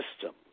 system